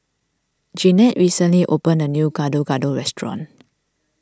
Jeanette recently opened a new Gado Gado restaurant